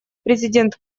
президент